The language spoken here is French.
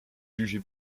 jugé